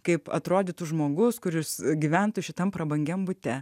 kaip atrodytų žmogus kuris gyventų šitam prabangiam bute